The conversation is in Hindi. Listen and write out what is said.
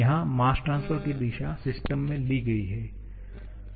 यहाँ मास ट्रांसफर की दिशा सिस्टम में ली गई है